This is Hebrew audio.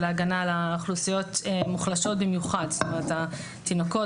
ההגנה על אוכלוסיות מוחלשות במיוחד התינוקות,